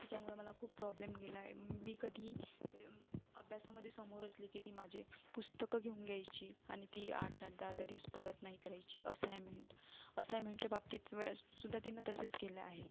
तिच्यामुळे मला खूप प्रॉब्लेम गेलाय मी कधी अभ्यासामध्ये समोर असली की ती माझी पुस्तकं घेऊन घ्यायची आणि ती आठ आठ दहा दहा दिवस परत नाही करायची असायमेंट असायमेंटच्या बाबतीत वेळेस सुद्धा तिनं तसंच केलं आहे